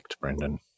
Brendan